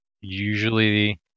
usually